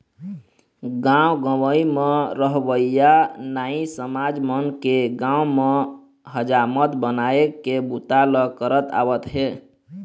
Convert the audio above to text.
गाँव गंवई म रहवइया नाई समाज मन के गाँव म हजामत बनाए के बूता ल करत आवत हे